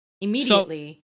immediately